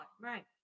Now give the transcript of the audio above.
Right